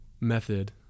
method